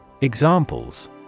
Examples